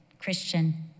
Christian